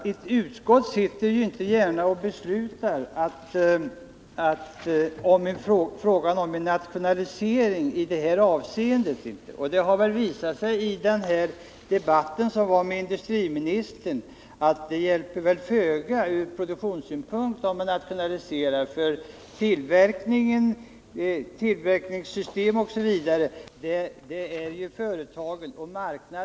Näringsutskottet kan ju inte gärna uttala sig för en nationalisering i detta sammanhang. Av den debatt där industriministern deltog framgick det väl att det ur produktionssynpunkt hjälper föga med en nationalisering, eftersom det ju är företagen själva som bestämmer över sina tillverkningssystem.